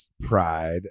pride